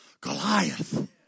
Goliath